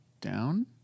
down